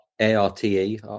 ARTE